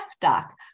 doc